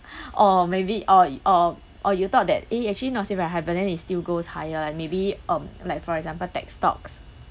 or maybe or y~ or or you thought that eh actually not say very high but then it still goes higher and maybe um like for example tech stocks